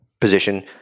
position